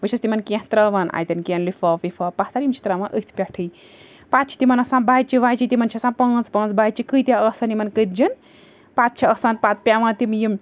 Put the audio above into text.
بہٕ چھیٚس تِمَن کیٚنٛہہ ترٛاوان اَتیٚن کیٚنٛہہِ لفاف وِفاف پَتھر یِم چھِ ترٛاوان أتھۍ پٮ۪ٹھٕے پَتہٕ چھِ تِمَن آسان بَچہِ وچہِ تِمَن چھِ آسان پانٛژھ پانٛژھ بَچہِ کۭتیٛاہ آسیٚن یِمَن کٔتجیٚن پَتہٕ چھِ آسان پَتہٕ پیٚوان تِم یِم